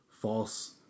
false